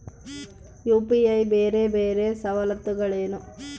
UPI ಬೇರೆ ಬೇರೆ ಸವಲತ್ತುಗಳೇನು?